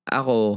ako